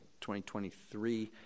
2023